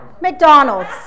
McDonald's